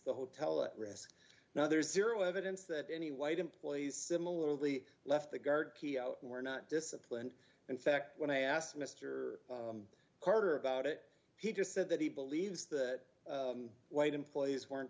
the hotel at risk now there's zero evidence that any white employees similarly left the guard were not disciplined in fact when i asked mr carter about it he just said that he believes that white employees weren't